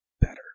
better